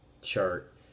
chart